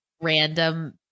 random